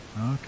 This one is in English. Okay